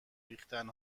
ریختن